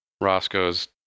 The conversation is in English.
Roscoe's